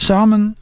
Samen